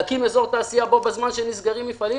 להקים אזור תעשייה בו בזמן שנסגרים מפעלים?